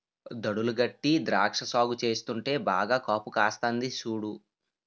దడులు గట్టీ ద్రాక్ష సాగు చేస్తుంటే బాగా కాపుకాస్తంది సూడు